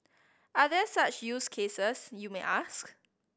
are there such use cases you may ask